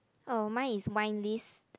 oh mine is wine list